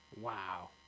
Wow